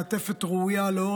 מעטפת ראויה הלאה,